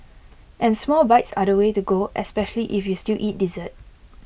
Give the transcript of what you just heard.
and small bites are the way to go especially if you still eat dessert